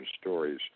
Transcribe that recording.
stories